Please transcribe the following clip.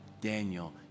Daniel